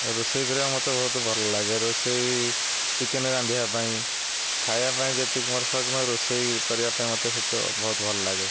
ରୋଷେଇ କରିବା ମତେ ବହୁତ ଭଲ ଲାଗେ ରୋଷେଇ ଚିକେନ୍ ରାନ୍ଧିବା ପାଇଁ ଖାଇବା ପାଇଁ ଯେତିକି ମୋର ସଉକ ନୁହଁ ରୋଷେଇ କରିବା ପାଇଁ ମତେ ସେତେ ବହୁତ ଭଲ ଲାଗେ